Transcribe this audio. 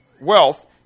wealth